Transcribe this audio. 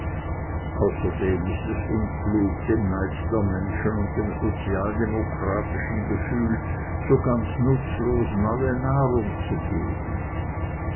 außerdem ist es unklug dem neid der menschen und dem sozialdemokratischen gefühl so ganz nutzlos neue nahrung zu gehen